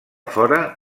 fora